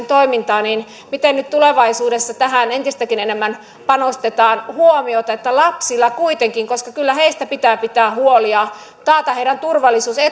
toimintaa mutta miten nyt tulevaisuudessa tähän entistäkin enemmän panostetaan huomiota kyllä kuitenkin lapsista pitää pitää huoli ja taata heidän turvallisuutensa